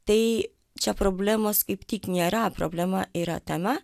tai čia problemos kaip tik nėra problema yra tame